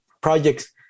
projects